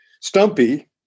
Stumpy